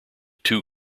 two